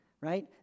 right